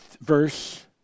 verse